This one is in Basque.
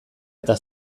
eta